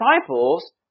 disciples